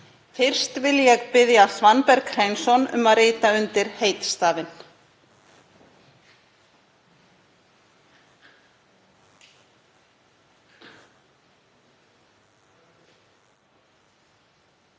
Fyrst vil ég biðja Svanberg Hreinsson um að rita undir heitstafinn